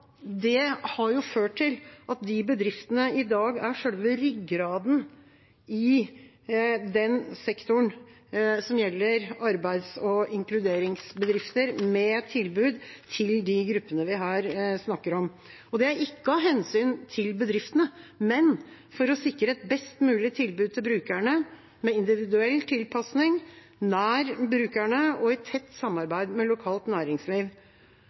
Det har ført til at de bedriftene i dag er selve ryggraden i den sektoren som gjelder arbeids- og inkluderingsbedrifter med tilbud til de gruppene vi her snakker om. Det er ikke av hensyn til bedriftene, men for å sikre et best mulig tilbud til brukerne, med individuell tilpasning, nær brukerne og i tett samarbeid med lokalt næringsliv.